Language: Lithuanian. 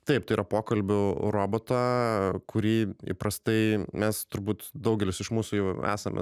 taip tai yra pokalbių robotą kurį įprastai mes turbūt daugelis iš mūsų jau esame